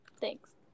Thanks